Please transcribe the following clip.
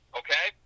okay